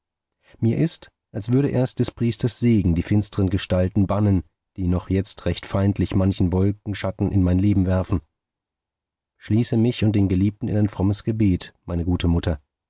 mir ist als würde erst des priesters segen die finstere gestalten bannen die noch jetzt recht feindlich manchen wolkenschatten in mein leben werfen schließe mich und den geliebten in dein frommes gebet meine teure mutter